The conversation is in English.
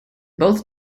both